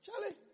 Charlie